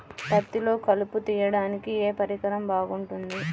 పత్తిలో కలుపు తీయడానికి ఏ పరికరం బాగుంటుంది?